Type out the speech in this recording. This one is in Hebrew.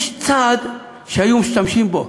יש צעד שהיו משתמשים בו.